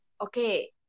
Okay